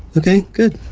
ok. good